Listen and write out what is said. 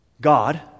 God